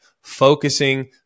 focusing